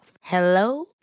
Hello